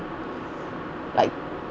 like